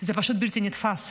זה פשוט בלתי נתפס.